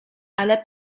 ale